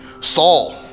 Saul